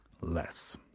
Less